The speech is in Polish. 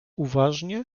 uważnie